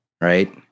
right